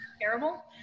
terrible